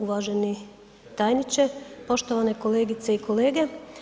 Uvaženi tajniče, poštovane kolegice i kolege.